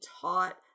taught